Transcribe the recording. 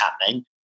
happening